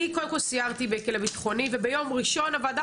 אני קודם כל סיירתי בכלא ביטחוני וביום ראשון הוועדה